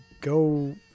go